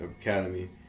Academy